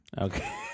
Okay